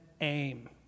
aim